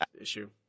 issue